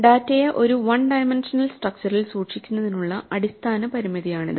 ഡാറ്റയെ ഒരു വൺ ഡൈമൻഷണൽസ്ട്രക്ച്ചറിൽ സൂക്ഷിക്കുന്നതിനുള്ള അടിസ്ഥാന പരിമിതിയാണിത്